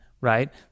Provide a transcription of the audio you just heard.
right